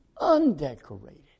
undecorated